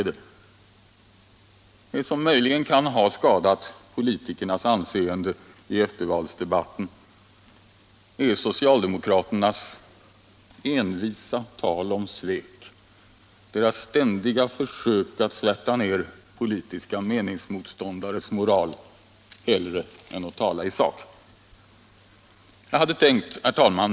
Det som möjligen kan ha skadat politikernas anseende i eftervalsdebatten är socialdemokraternas envisa tal om svek, deras ständiga försök att svärta ner politiska meningsmotståndares moral hellre än att tala i sak. Herr talman!